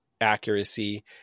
accuracy